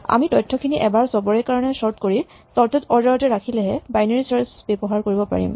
আমি তথ্যখিনি এবাৰ চবৰে কাৰণে চৰ্ট কৰি চৰ্টেট অৰ্ডাৰতে ৰাখিলেহে বাইনেৰী চাৰ্চ ব্যৱহাৰ কৰিব পাৰিম